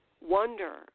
wonder